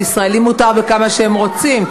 לישראלים מותר בכמה שהם רוצים,